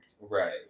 right